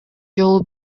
жолу